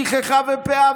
שכחה ופאה,